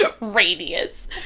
radius